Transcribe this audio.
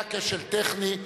היה כשל טכני.